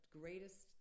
greatest